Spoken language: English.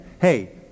Hey